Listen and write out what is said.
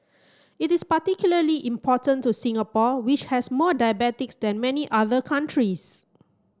it is particularly important to Singapore which has more diabetics than many other countries